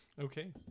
Okay